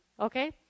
okay